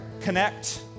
Connect